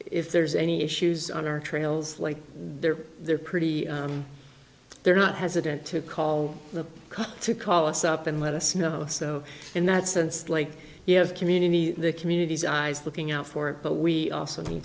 if there's any issues on our trails like they're they're pretty they're not hesitant to call the cops to call us up and let us know so in that sense like you have community the communities eyes looking out for it but we also need